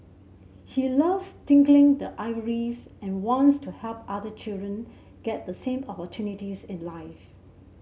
he loves tinkling the ivories and wants to help other children get the same opportunities in life